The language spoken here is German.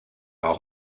auch